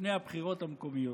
לפני הבחירות המקומיות.